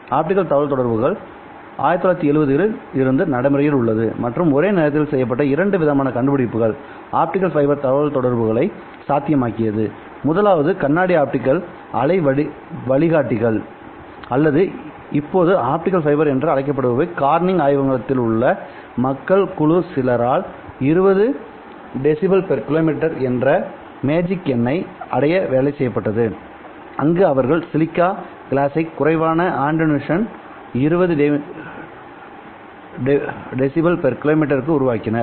optical தகவல்தொடர்புகள் 1970 களில் இருந்து நடைமுறையில் உள்ளது மற்றும் ஒரே நேரத்தில் செய்யப்பட்ட இரண்டு விதமான கண்டுபிடிப்புகள் ஆப்டிகல் ஃபைபர் தகவல்தொடர்புகளை சாத்தியமாக்கியது முதலாவது கண்ணாடி ஆப்டிகல் அலை வழிகாட்டிகள் அல்லது இப்போது ஆப்டிகல் ஃபைபர்கள் என அழைக்கப்படுபவை கார்னிங் ஆய்வகங்களில் உள்ள மக்கள் குழு சிலரால் 20 dB km என்ற மேஜிக் எண்ணை அடைய வேலை செய்யப்பட்டது அங்கு அவர்கள் சிலிக்கா கிளாஸை குறைவான attenuation 20 dB km க்கும் உருவாக்கினர்